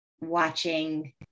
watching